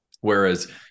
Whereas